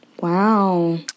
Wow